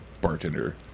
bartender